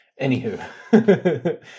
Anywho